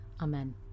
Amen